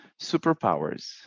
superpowers